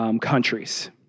countries